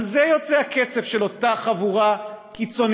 על זה יוצא הקצף של אותה חבורה קיצונית,